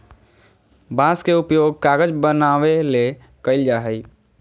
बांस के उपयोग कागज बनावे ले कइल जाय हइ